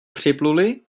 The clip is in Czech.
připluli